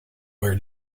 where